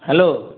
hello